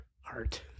heart